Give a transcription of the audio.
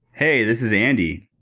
hey, this is andy.